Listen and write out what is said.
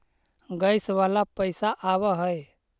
Gas वाला पैसा आव है?